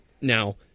Now